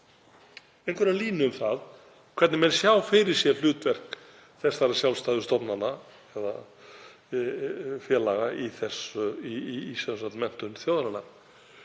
einhverja línu um það hvernig menn sjá fyrir sér hlutverk þessara sjálfstæðu stofnana eða félaga í menntun þjóðarinnar.